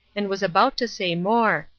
and was about to say more,